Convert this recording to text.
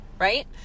right